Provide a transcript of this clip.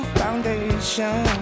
foundation